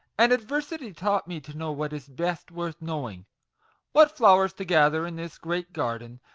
and adversity taught me to know what is best worth knowing what flowers to gather in this great garden,